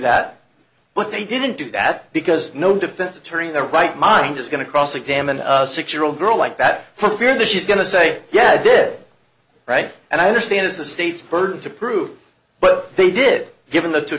that but they didn't do that because no defense attorney in their right mind is going to cross examine a six year old girl like that for fear that she's going to say yeah i did right and i understand it's the state's burden to prove but they did given the t